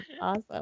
Awesome